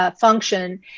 function